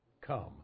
come